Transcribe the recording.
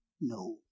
No